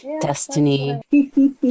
destiny